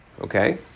okay